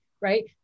right